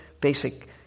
basic